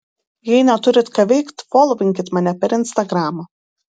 jei neturit ką veikt folovinkit mane per instagramą